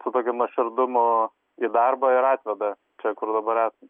su tokiu nuoširdumu į darbą ir atveda čia kur dabar esam